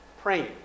praying